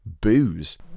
booze